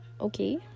okay